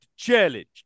Challenge